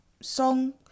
song